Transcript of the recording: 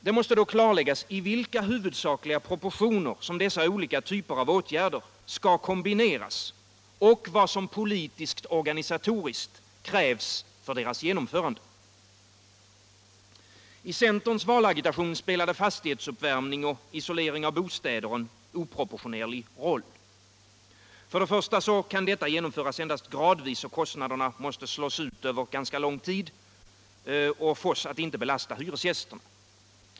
Det måste då klarläggas i vilka huvudsakliga proportioner som dessa olika typer av åtgärder skall kombineras och vad som politiskt-organisatoriskt krävs för deras genomförande. I centerns valagitation spelade fastighetsuppvärmning och isolering av bostäder en oproportionerlig roll. För det första kan detta genomföras endast gradvis, och kostnaderna måste slås ut över ganska lång tid och fås att inte belasta hyresgästerna.